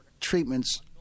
treatments